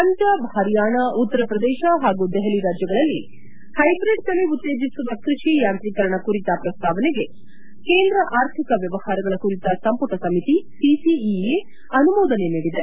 ಪಂಜಾಬ್ ಹರಿಯಾಣ ಉತ್ತರ ಪ್ರದೇಶ ಹಾಗೂ ದೆಹಲಿ ರಾಜ್ಯಗಳಲ್ಲಿ ಹೈಬ್ರಿಡ್ ತಳ ಉತ್ತೇಜಿಸುವ ಕೃಷಿ ಯಾಂತ್ರೀಕರಣ ಕುರಿತ ಪ್ರಸ್ತಾವನೆಗೆ ಕೇಂದ್ರ ಆರ್ಥಿಕ ವ್ಯವಹಾರಗಳ ಕುರಿತ ಸಂಪುಟ ಸಮಿತಿ ಸಿಸಿಇಎ ಅನುಮೋದನೆ ನೀಡಿದೆ